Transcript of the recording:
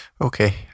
okay